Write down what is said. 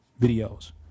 videos